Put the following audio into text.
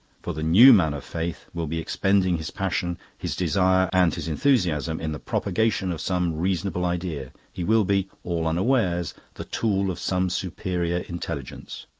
for the new man of faith will be expending his passion, his desire, and his enthusiasm in the propagation of some reasonable idea. he will be, all unawares, the tool of some superior intelligence.